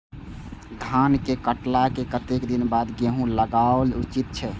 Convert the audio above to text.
धान के काटला के कतेक दिन बाद गैहूं लागाओल उचित छे?